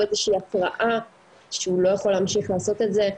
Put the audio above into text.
או איזושהי התראה שהוא לא יכול להמשיך לעשות את זה.